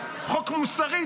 חוק מוסרי,